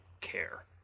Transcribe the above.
care